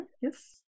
yes